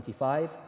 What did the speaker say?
25